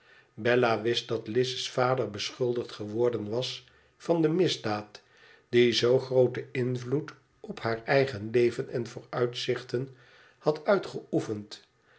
bella wist dat lizels vader beschuldigd geworden was yan de misdaad die zoo grooten invloed op haar eigen leven en vooruitzichten had uitgeoefend